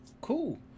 cool